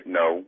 no